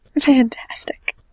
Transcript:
Fantastic